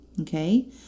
Okay